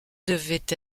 devait